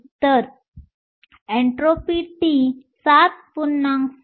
तर ΔT हे 7